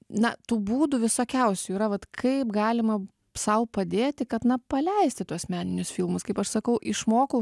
na tų būdų visokiausių yra vat kaip galima sau padėti kad na paleisti tuos meninius filmus kaip aš sakau išmokau